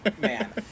Man